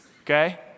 Okay